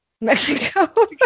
Mexico